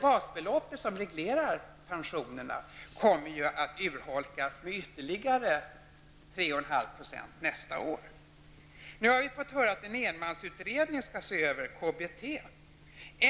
Basbeloppet som reglerar pensionerna kommer ju nästa år att urholkas med ytterligare runt 3,5 %. En enmansutredning skall se över KBT, har vi nyligen fått höra.